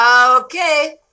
okay